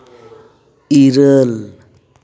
ᱤᱨᱟᱹᱞ